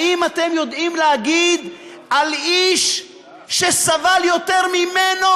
האם אתם יודעים להגיד על איש שסבל יותר ממנו,